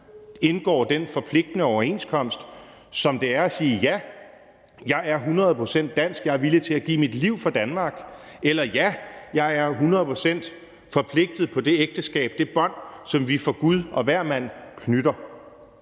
indgår den forpligtende overenskomst, som det er at sige: Ja, jeg er 100 pct. dansk, jeg er villig til at give mit liv for Danmark. Eller: Ja, jeg er 100 pct. forpligtet på det ægteskab, det bånd, som vi for gud og hvermand knytter.